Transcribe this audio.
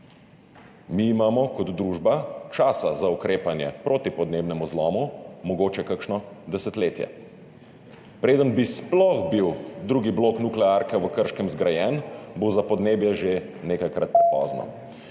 Mi imamo kot družba časa za ukrepanje proti podnebnemu zlomu mogoče kakšno desetletje. Preden bi sploh bil drugi blok nuklearke v Krškem zgrajen, bo za podnebje že nekajkrat prepozno.